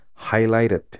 highlighted